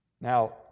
Now